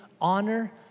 honor